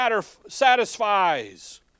satisfies